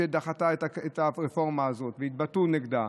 שדחתה את הרפורמה הזאת והתבטאה נגדה,